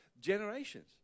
generations